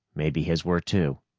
maybe his were, too.